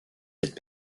cette